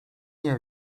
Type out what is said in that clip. nie